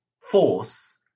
force